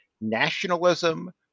nationalism